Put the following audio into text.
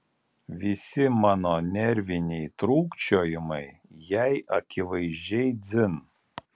visi mano nerviniai trūkčiojimai jai akivaizdžiai dzin